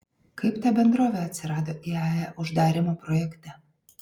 kaip ta bendrovė atsirado iae uždarymo projekte